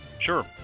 Sure